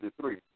three